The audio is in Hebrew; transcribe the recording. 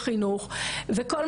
זה קטינים בעצמם.